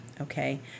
Okay